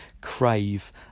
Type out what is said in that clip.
crave